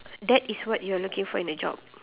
that is what you are looking for in a job